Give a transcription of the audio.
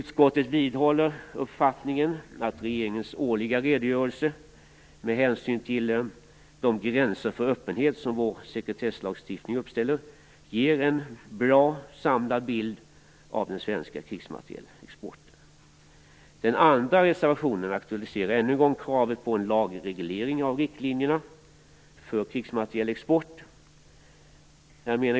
Utskottet vidhåller uppfattningen att regeringens årliga redogörelse, med hänsyn till de gränser för den öppenhet som vår sekretesslagstiftning uppställer, ger en god samlad bild av den svenska krigsmaterielexporten. Den andra reservationen aktualiserar ännu en gång kravet på en lagreglering av riktlinjerna för krigsmaterielexport.